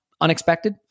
unexpected